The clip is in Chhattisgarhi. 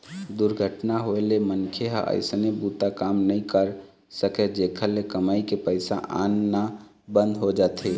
दुरघटना होए ले मनखे ह अइसने बूता काम नइ कर सकय, जेखर ले कमई के पइसा आना बंद हो जाथे